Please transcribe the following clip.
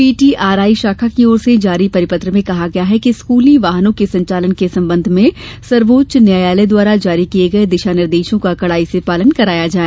PTRI शाखा की ओर से जारी परिपत्र में कहा गया है कि स्कूली वाहनों के संचालन के संबंध में सवोच्च न्यायालय द्वारा जारी किये गये दिशा निर्देशों का कड़ाई से पालन कराया जाए